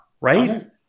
right